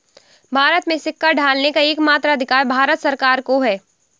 भारत में सिक्का ढालने का एकमात्र अधिकार भारत सरकार को है